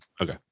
Okay